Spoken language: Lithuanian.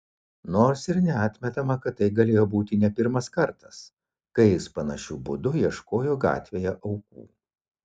nors ir neatmetama kad tai galėjo būti ne pirmas kartas kai jis panašiu būdu ieškojo gatvėje aukų